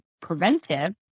preventive